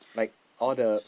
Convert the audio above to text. like all the